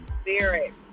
Spirit